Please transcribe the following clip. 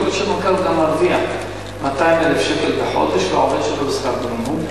יכול להיות שמנכ"ל מרוויח 200,000 שקל בחודש והעובד שלו בשכר מינימום.